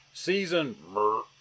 season